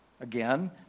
Again